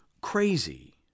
crazy